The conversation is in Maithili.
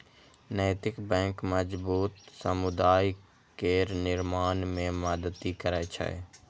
नैतिक बैंक मजबूत समुदाय केर निर्माण मे मदति करै छै